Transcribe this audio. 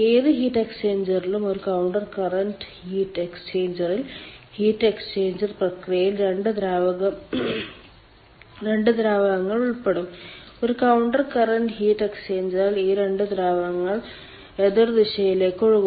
ഏത് ഹീറ്റ് എക്സ്ചേഞ്ചറിലും ഒരു കൌണ്ടർ കറന്റ് ഹീറ്റ് എക്സ്ചേഞ്ചറിൽ ഹീറ്റ് എക്സ്ചേഞ്ച് പ്രക്രിയയിൽ 2 ദ്രാവകങ്ങൾ ഉൾപ്പെടും ഒരു കൌണ്ടർ കറന്റ് ഹീറ്റ് എക്സ്ചേഞ്ചറിൽ ഈ 2 ദ്രാവകങ്ങൾ എതിർദിശകളിലേക്ക് ഒഴുകുന്നു